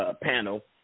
panel